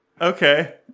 Okay